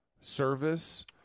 service –